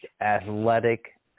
athletic